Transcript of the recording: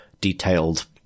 detailed